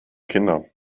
kinder